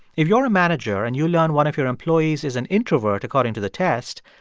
if you're a manager, and you learn one of your employees is an introvert, according to the test,